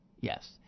yes